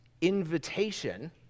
invitation